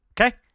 okay